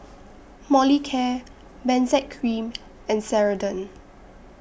Molicare Benzac Cream and Ceradan